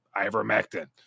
ivermectin